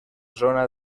zona